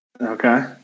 Okay